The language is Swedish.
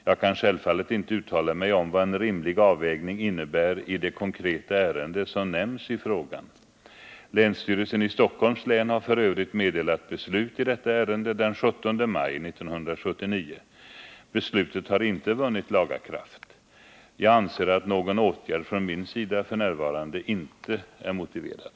Jag kan självfallet inte uttala migom vad en rimlig avvägning innebär i det konkreta ärende som nämns i frågan. Länsstyrelsen i Stockholms län har f. ö. meddelat beslut i detta ärende den 17 maj 1979. Beslutet har inte vunnit laga kraft. Jag anser att någon åtgärd från min sida f. n. inte är motiverad.